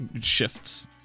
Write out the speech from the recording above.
shifts